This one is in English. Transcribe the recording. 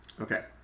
Okay